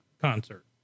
concert